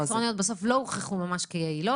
הסיגריות האלקטרוניות לא הוכחו כיעילות.